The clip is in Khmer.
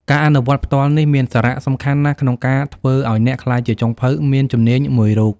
ការអនុវត្តផ្ទាល់នេះមានសារៈសំខាន់ណាស់ក្នុងការធ្វើឱ្យអ្នកក្លាយជាចុងភៅមានជំនាញមួយរូប។